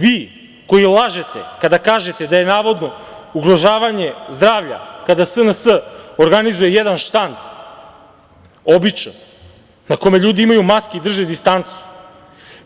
Vi koji lažete kada kažete da je navodno ugrožavanje zdravlja kada SNS organizuje jedan štand, običan na kome ljudi imaju maske i drže distancu,